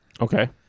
Okay